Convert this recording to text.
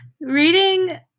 Reading